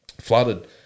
flooded